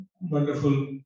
wonderful